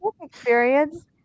experience